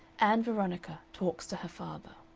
ann veronica talks to her father